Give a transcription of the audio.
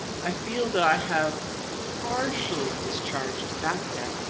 i feel that i have partially discharged that debt